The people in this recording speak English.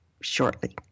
shortly